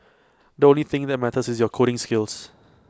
the only thing that matters is your coding skills